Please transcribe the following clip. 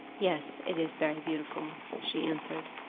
yes it is very beautiful, she answered.